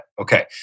Okay